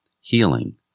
Healing